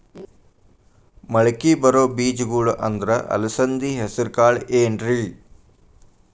ಮಳಕಿ ಬರೋ ಬೇಜಗೊಳ್ ಅಂದ್ರ ಅಲಸಂಧಿ, ಹೆಸರ್ ಕಾಳ್ ಏನ್ರಿ?